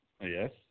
Yes